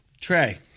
Trey